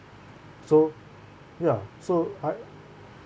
so ya so I